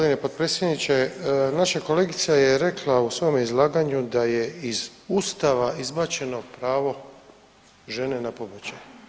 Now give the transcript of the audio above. Uvaženi g. potpredsjedniče, naša kolegica je rekla u svome izlaganju da je iz Ustava izbačeno pravo žene na pobačaj.